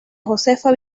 josefa